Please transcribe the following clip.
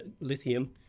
lithium